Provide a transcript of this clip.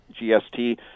GST